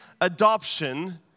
adoption